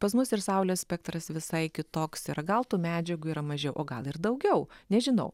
pas mus ir saulės spektras visai kitoks ir gal tų medžiagų yra mažiau o gal ir daugiau nežinau